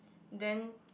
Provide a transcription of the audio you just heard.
then